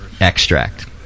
Extract